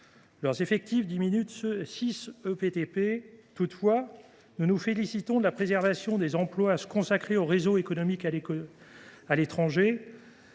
Trésor (DGT) diminuent de six ETPT. Toutefois, nous nous félicitons de la préservation des emplois consacrés au réseau économique à l’étranger.